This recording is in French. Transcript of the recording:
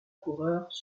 coureurs